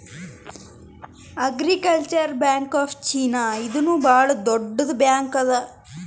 agricultural bank of China ಇದೂನು ಭಾಳ್ ದೊಡ್ಡುದ್ ಬ್ಯಾಂಕ್ ಅದಾ